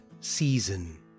season